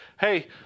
Hey